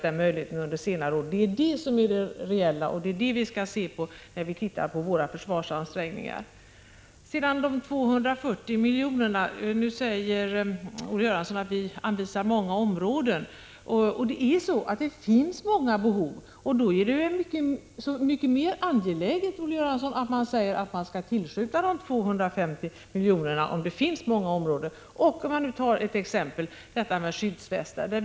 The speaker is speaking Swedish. Det är det som är det reella och som vi skall se på när vi tar ställning till våra försvarsansträngningar. Vad sedan gäller de 240 miljonerna säger Olle Göransson att vi anger många områden. Men det finns ju många behov, och då är det väl desto mer angeläget, Olle Göransson, att man tillskjuter dessa pengar. Låt mig som exempel ta frågan om skyddsvästar.